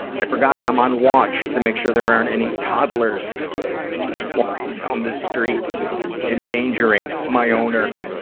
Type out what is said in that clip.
i forgot, i'm on watch to make sure there aren't any toddlers walking down the street endangering my owner.